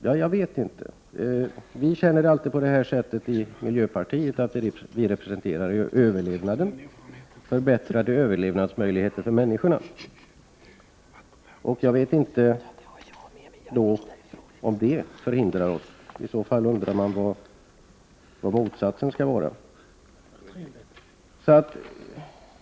Ja, jag vet inte. Vi känner det så i miljöpartiet, att vi står för förbättrade överlevnadsmöjligheter för människorna. Jag vet inte om det är detta som hindrar att vi får insyn. I så fall undrar man vad motsatsen skulle vara.